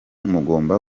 mugomba